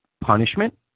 punishment